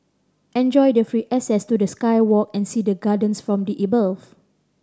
enjoy the free access to the sky walk and see the gardens from the above